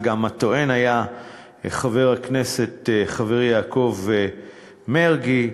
והטוען בה היה גם כן חבר הכנסת חברי יעקב מרגי.